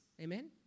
Amen